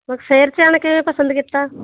ਪਸੰਦ ਕੀਤਾ